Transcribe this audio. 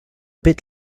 bit